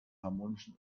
harmonischen